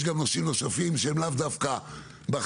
יש גם נושאים נוספים, שהם לאו דווקא באחריותנו